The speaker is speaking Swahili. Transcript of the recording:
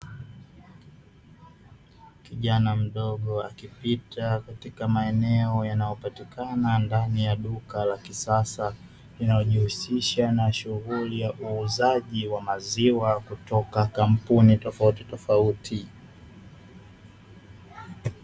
Kijana mdogo akipita katika maeneo yanayopatikana ndani ya duka la kisasa linalojihusisha na shughuli ya uuzaji wa maziwa kutoka kampuni tofauti tofauti."